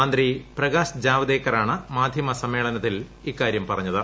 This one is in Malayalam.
മന്ത്രി പ്രകാശ് ജാവ്ദേക്കറാണ് മാധ്യമ സമ്മേളനത്തിൽ ഇക്കാര്യം പറഞ്ഞത്